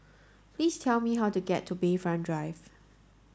please tell me how to get to Bayfront Drive